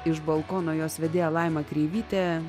iš balkono jos vedėja laima kreivytė